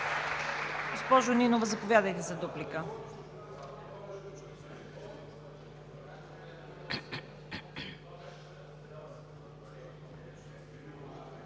Госпожо Нинова, заповядайте за дуплика.